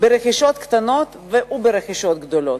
ברכישות הקטנות וברכישות הגדולות.